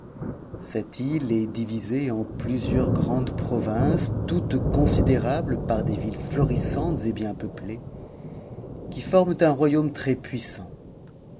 cette île est divisée en plusieurs grandes provinces toutes considérables par des villes florissantes et bien peuplées qui forment un royaume